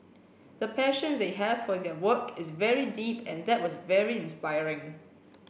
the passion they have for their work is very deep and that was very inspiring